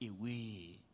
away